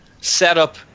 setup